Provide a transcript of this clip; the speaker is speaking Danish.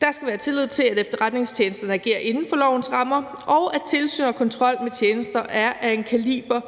Der skal være tillid til, at efterretningstjenesterne agerer inden for lovens rammer, og at tilsyn og kontrol med tjenesterne er af en kaliber,